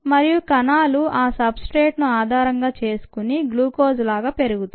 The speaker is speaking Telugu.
మరియు కణాలు ఆ సబ్ స్ట్రేట్ ను ఆధారం చేసుకుని గ్లూకోజ్లా పెరుగుతాయి